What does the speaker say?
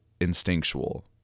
instinctual